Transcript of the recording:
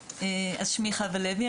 שמי חוה לוי,